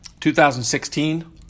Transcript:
2016